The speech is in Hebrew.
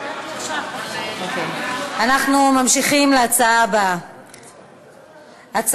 אנחנו ממשיכים להצעה הבאה,